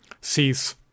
cease